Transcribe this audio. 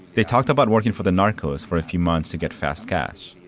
they talked about working for the narcos for a few months to get fast cash.